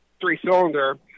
three-cylinder